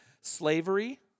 Slavery